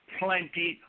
plenty